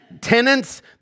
tenants